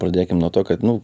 pradėkim nuo to kad nu